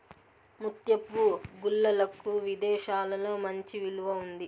ముత్యపు గుల్లలకు విదేశాలలో మంచి విలువ ఉంది